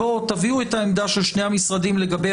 תביאו את העמדה של שני המשרדים לגבי